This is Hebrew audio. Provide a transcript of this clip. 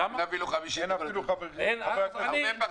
אין אפילו 50 מיליארד שקל, הרבה פחות.